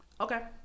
okay